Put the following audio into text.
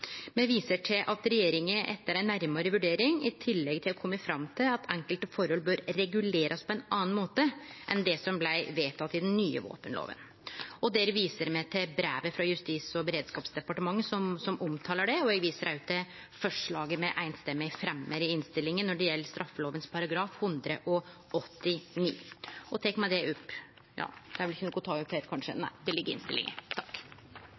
Me viser til at regjeringa etter ei nærmare vurdering i tillegg har kome fram til at enkelte forhold bør regulerast på ein annan måte enn det som blei vedteke i den nye våpenloven, og der viser me til brevet frå Justis- og beredskapsdepartementet som omtalar det. Eg viser òg til forslaget me samrøystes fremjar i innstillinga når det gjeld straffeloven § 189. Vedtaket om eit forbod mot halvautomatiske våpen er